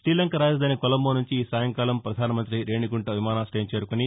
శ్రీలంక రాజధాని కొలంబో సుంచి ఈ సాయంకాలం ప్రధానమంతి రేణిగుంట విమానాశ్రయం చేరుకుని